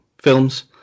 films